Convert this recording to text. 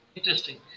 Interesting